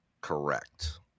correct